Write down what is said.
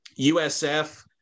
USF